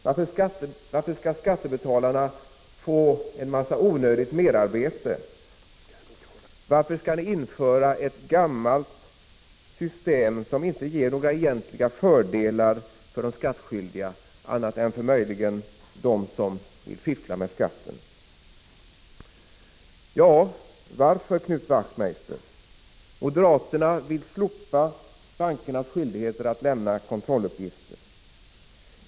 Varför skall skattebetalarna få en massa onödigt arbete? Varför skall ni återinföra ett gammalt system som inte ger några egentliga fördelar för de skattskyldiga, annat än möjligen för dem som vill fiffla med skatten? Ja, varför, Knut Wachtmeister? Moderaterna vill slopa bankernas skyldigheter att lämna kontrolluppgifter.